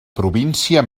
província